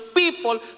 people